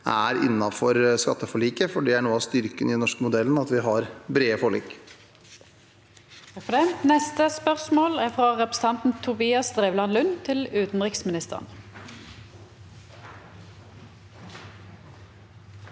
er innenfor skatteforliket, for noe av styrken i den norske modellen er at vi har brede forlik.